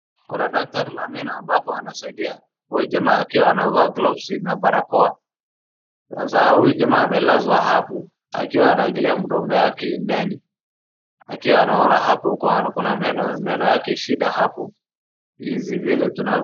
Kuna daktari la meno ambapo anasaidia huyu jamaa akiwa amevaa glovu na barakoa. Sasa huyu jamaa amelazwa hapo akiwa anaangalia mdomo yake ndani akiwa anaona hapo kuna meno yake shida hapo hizi vile tunavyo,,,,,